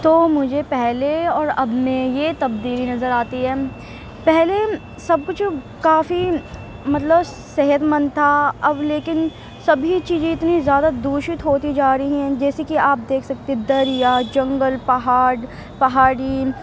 تو مجھے پہلے اور اب میں یہ تبدیلی نظر آتی ہے پہلے سب کچھ کافی مطلب صحت مند تھا اب لیکن سبھی چیزیں اتنی زیادہ دوشت ہوتی جا رہی ہیں جیسے کہ آپ دیکھ سکتے ہیں دریا جنگل پہاڑ پہاڑی